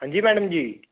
ਹਾਂਜੀ ਮੈਡਮ ਜੀ